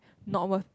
normal